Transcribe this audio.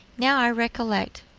now i recollect,